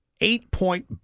eight-point